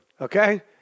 Okay